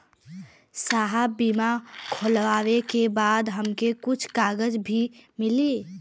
साहब बीमा खुलले के बाद हमके कुछ कागज भी मिली?